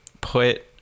put